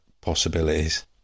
possibilities